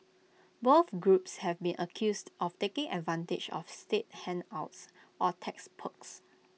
both groups have been accused of taking advantage of state handouts or tax perks